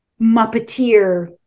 Muppeteer